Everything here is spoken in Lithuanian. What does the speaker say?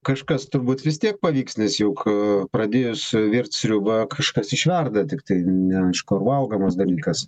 kažkas turbūt vis tiek pavyks nes juk pradėjus virt sriubą kažkas išverda tiktai neaišku ar valgomas dalykas